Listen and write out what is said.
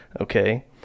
okay